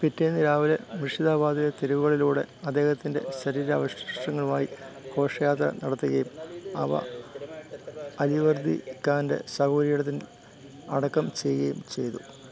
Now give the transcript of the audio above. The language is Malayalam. പിറ്റേന്ന് രാവിലെ മുർഷിദാബാദിലെ തെരുവുകളിലൂടെ അദ്ദേഹത്തിൻ്റെ ശരീരാവശിഷ്ടങ്ങളുമായി ഘോഷയാത്ര നടത്തുകയും അവ അലിവർദി ഖാൻ്റെ ശവകുടീരത്തിൽ അടക്കം ചെയ്യുകയും ചെയ്തു